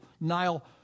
Nile